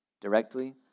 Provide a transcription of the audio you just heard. directly